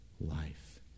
life